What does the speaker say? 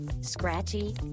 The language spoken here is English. Scratchy